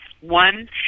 One